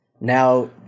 now